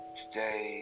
today